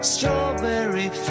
Strawberry